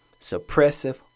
Suppressive